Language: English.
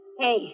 Hey